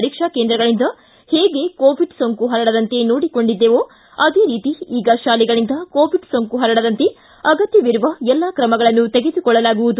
ಪರೀಕ್ಷಾ ಕೇಂದ್ರಗಳಿಂದ ಹೇಗೆ ಕೋವಿಡ್ ಸೋಂಕು ಪರಡದಂತೆ ನೋಡಿಕೊಂಡಿದ್ದವೋ ಅದೇ ರೀತಿ ಈಗ ಶಾಲೆಗಳಿಂದ ಕೋವಿಡ್ ಸೋಂಕು ಹರಡದಂತೆ ಅಗತ್ವವಿರುವ ಎಲ್ಲಾ ಕ್ರಮಗಳನ್ನು ತೆಗೆದುಕೊಳ್ಳಲಾಗುವುದು